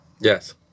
Yes